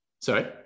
Sorry